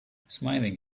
smiling